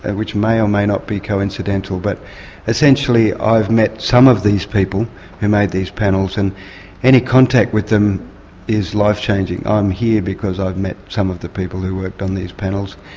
and which may or may not be coincidental. but essentially i've met some of these people who made these panels, and any contact with them is life-changing. i'm here because i've met some of the people who worked on these panels,